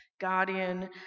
Guardian